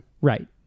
right